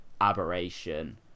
aberration